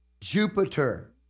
Jupiter